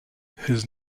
his